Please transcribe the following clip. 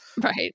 right